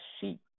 sheep